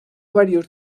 varios